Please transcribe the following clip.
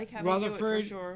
Rutherford